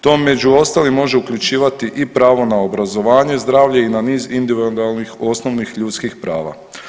To među ostalim može uključivati i pravo na obrazovanje, zdravlje i na niz individualnih osnovnih ljudskih prava.